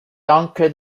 danke